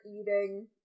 eating